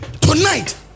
tonight